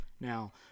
Now